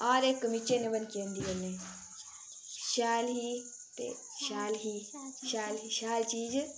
हर इक कमीचे ने बनकी जंदी कन्नै शैल ही ते शैल ही शैल चीज